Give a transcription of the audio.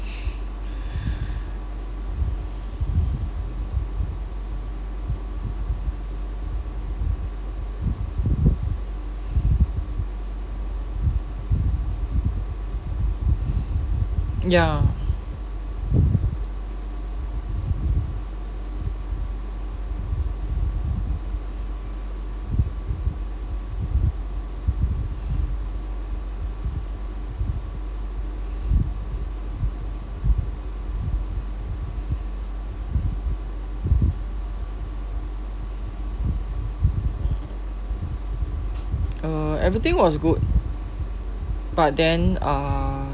ya uh everything was good but then uh